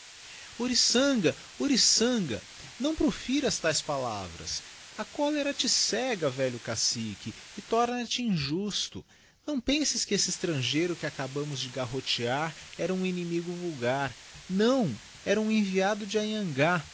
oriçanga oriçanga não profiras taes palavras a cólera te cega velho cacitjue e lorna le injusto nào penses que esse estrangeiro que acabámos de garrotear era um inimigo vulgar nào era ura enviado de anhangá